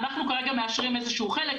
אנחנו כרגע מאשרים איזשהו חלק,